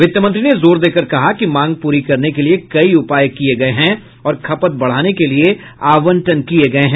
वित्तमंत्री ने जोर देकर कहा कि मांग पूरी करने के लिए कई उपाय किए गए हैं और खपत बढ़ाने के लिए आवंटन किए गए हैं